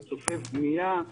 לצופף בנייה.